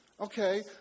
Okay